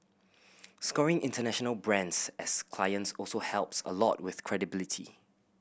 scoring international brands as clients also helps a lot with credibility